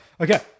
Okay